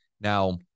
Now